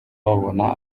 babona